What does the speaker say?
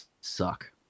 suck